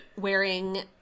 wearing